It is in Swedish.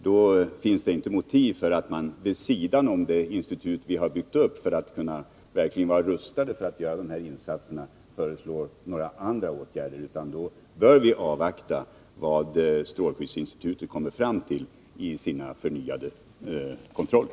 Det finns inte motiv för att föreslå åtgärder vid sidan av det institut som vi har byggt upp för att verkligen vara rustade på detta område, utan vi bör avvakta vad strålskyddsinstitutet kommer fram till i sina förnyade kontroller.